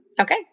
Okay